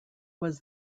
was